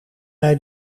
bij